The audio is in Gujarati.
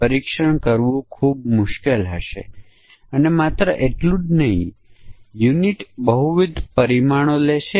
ત્યાં બે અમાન્ય સમકક્ષ વર્ગ અને એક માન્ય સમકક્ષ વર્ગ હશે